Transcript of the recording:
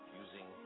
using